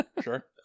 Sure